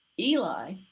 Eli